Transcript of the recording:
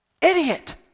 Idiot